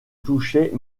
touchait